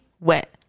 wet